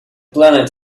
planet